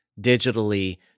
digitally